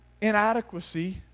inadequacy